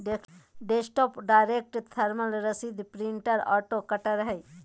desktop direct thermal रसीद printer auto cutter हइ